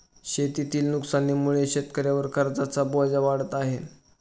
शेतीतील नुकसानीमुळे शेतकऱ्यांवर कर्जाचा बोजा वाढत आहे